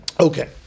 Okay